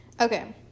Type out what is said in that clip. Okay